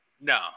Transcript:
no